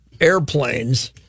airplanes